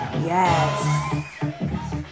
Yes